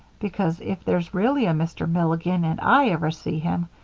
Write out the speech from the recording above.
because if there's really a mr. milligan, and i ever see him,